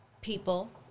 people